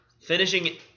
finishing